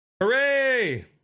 Hooray